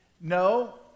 No